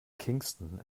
kingston